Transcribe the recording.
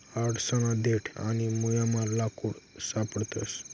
आडसना देठ आणि मुयमा लाकूड सापडस